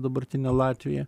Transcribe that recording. dabartine latvija